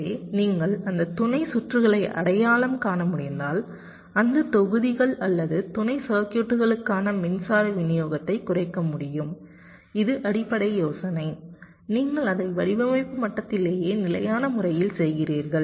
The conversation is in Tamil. எனவே நீங்கள் அந்த துணை சுற்றுகளை அடையாளம் காண முடிந்தால் அந்த தொகுதிகள் அல்லது துணை சர்க்யூட்களுக்கான மின்சார விநியோகத்தை குறைக்க முடியும் இது அடிப்படை யோசனை நீங்கள் அதை வடிவமைப்பு மட்டத்திலேயே நிலையான முறையில் செய்கிறீர்கள்